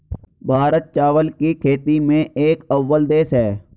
भारत चावल की खेती में एक अव्वल देश है